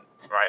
right